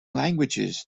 languages